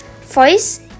voice